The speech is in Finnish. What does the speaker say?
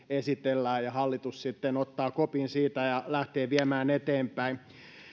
esitellään ja hallitus sitten ottaa kopin siitä ja lähtee viemään eteenpäin